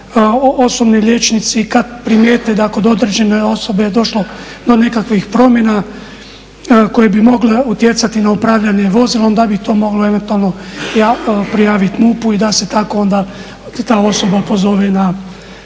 osobni liječnici kad primijete da kod određene osobe je došlo do nekakvih promjena koje bi mogle utjecati na upravljanje vozilom da bi to moglo eventualno prijaviti MUP-u i da se tako onda ta osoba pozove na